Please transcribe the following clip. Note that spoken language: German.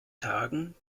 tagen